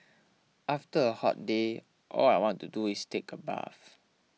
after a hot day all I want to do is take a bath